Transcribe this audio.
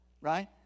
Right